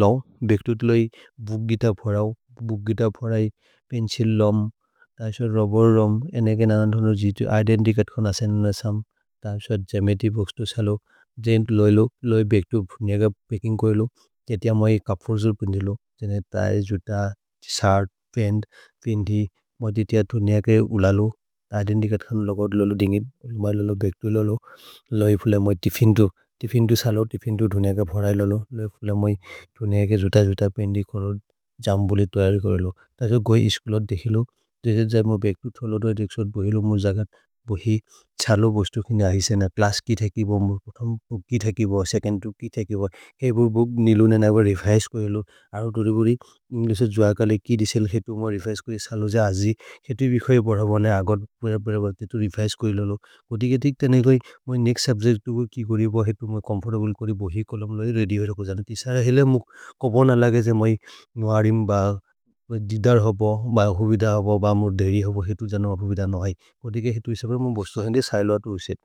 लौ, बेक्तु तिलोइ बुक् गित फोरौ। बुक् गित फोरै पेन्चिल् लौम्, त इसो रुब्बेर् लौम्, एन् एगेन् अनन्धनु जितु इदेन्तिचते ख नसेनु नसम्। त इसो गेमेति भोक्स्तु सलो। जैम् तु लोइलो, लोइ बेक्तु धुनिअ क पेकिन्ग् कोइ लो, एतिअ मै कफोर्जोर् पुन् धिलो। जने त अए जुत सर्द्, पेन्द्, पिन्दि, मै दितिअ धुनिअ के उल लो। इदेन्तिचते खनु लगोद् लो लो दिन्गिन्, लोइ लो लो बेक्तु लो लो, लोइ फुले मै तिफिन्दु। तिफिन्दु सलो, तिफिन्दु धुनिअ क फोरै लो लो, लोइ फुले मै धुनिअ के जुत जुत पेन्दि जौम् बोलि तोयरि कोइ लो। त इसो गोहि इस्कुलोत् देखिलो, जैसे जैम् मो बेक्तु थोल दोइ देक्सोर् बोहिलो मो जगन्, बोहि छलो भोक्स्तु खिने ऐसे न। क्लस् कि थ कि बोहुम्, पोथोमे कि थ कि बोहुम्, सेचोन्द् तुक् कि थ कि बोहुम्। एबो बुक् निलुने न एबो रेफ्रेश् कोइ लो, अरो दोरि बोरि, जोसे जोअक ले कि दिसेल्, हेतु मो रेफ्रेश् कोइ। सलो ज अजि, हेतु हि भि खोइ बोरबोन, अगर् बोरबोन, तेतु रेफ्रेश् कोइ लो लो। कोदिके तिक्तने कोइ, मै नेक्स्त् सुब्जेच्त् कोइ कि घोरिब, हेतु मै चोम्फोर्तब्ले कोरि बोहि कोलम् लहि। रेअद्य् होरको जन, तिसर हेले मुक्, कबोन लगे ज मै, नुअरिम् ब, जिदर् हप, ब अभुबिद हप। ब मोर् देरि हप, हेतु जन अभुबिद नहि, कोदिके हेतु इसबर मो भोक्स्तु खिने, सैलो अतो उसेत्।